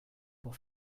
pour